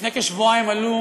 לפני כשבועיים עלו